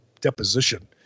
deposition